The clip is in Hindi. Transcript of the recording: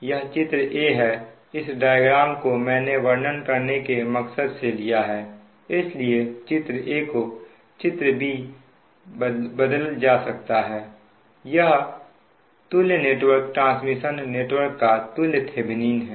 यह चित्र A है इस डायग्राम को मैंने वर्णन करने के मकसद से लिया है इसलिए चित्र A को चित्र B बदला जा सकता है और यह तुल्य नेटवर्क ट्रांसमिशन नेटवर्क का तुल्य थेभनिन है